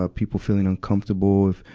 ah people feeling uncomfortable if,